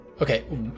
okay